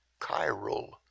Chiral